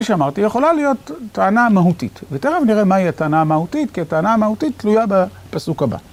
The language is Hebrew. כפי שאמרתי יכולה להיות טענה מהותית ותיכף נראה מהי הטענה המהותית כי הטענה המהותית תלויה בפסוק הבא.